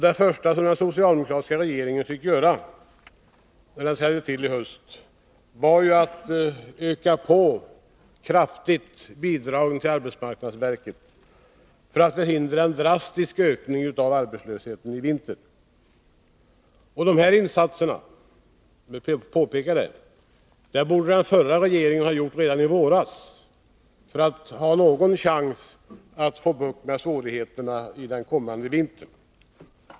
Det första som den socialdemokratiska regeringen fick göra när den tillträdde i höst var att kraftigt öka på bidragen till arbetsmarknadsverket för att förhindra en drastisk ökning av arbetslösheten i vinter. De här insatserna, det vill jag påpeka, borde den förra regeringen ha gjort redan i våras för att ha någon chans att få bukt med svårigheterna under den kommande vintern.